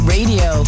Radio